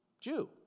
Jew